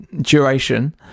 duration